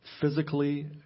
physically